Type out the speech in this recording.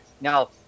Now